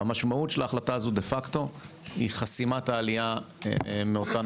המשמעות של ההחלטה הזו דה פקטו היא חסימת העלייה מאותן